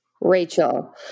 Rachel